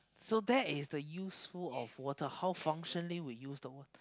so that is the useful of water how functionally we use